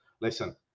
Listen